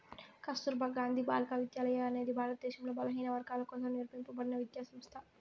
కస్తుర్బా గాంధీ బాలికా విద్యాలయ అనేది భారతదేశంలో బలహీనవర్గాల కోసం నిర్మింపబడిన విద్యా సంస్థ